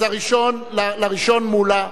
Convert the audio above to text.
ראשון מולה,